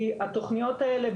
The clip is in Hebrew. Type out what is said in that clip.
כי התכניות האלה,